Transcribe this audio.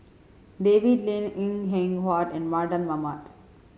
David Lim Png Eng Huat and Mardan Mamat